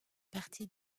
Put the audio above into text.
partie